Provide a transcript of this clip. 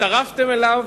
הצטרפתם אליו